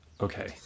okay